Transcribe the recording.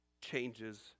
changes